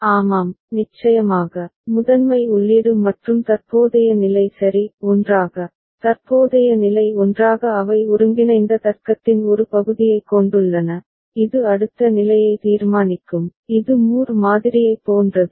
ஆமாம் நிச்சயமாக முதன்மை உள்ளீடு மற்றும் தற்போதைய நிலை சரி ஒன்றாக தற்போதைய நிலை ஒன்றாக அவை ஒருங்கிணைந்த தர்க்கத்தின் ஒரு பகுதியைக் கொண்டுள்ளன இது அடுத்த நிலையை தீர்மானிக்கும் இது மூர் மாதிரியைப் போன்றது